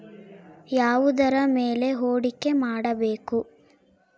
ಯಾವುದರ ಮೇಲೆ ಹೂಡಿಕೆ ಮಾಡಬೇಕು?